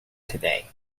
today